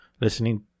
listening